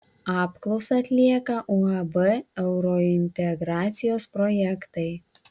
apklausą atlieka uab eurointegracijos projektai